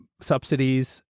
subsidies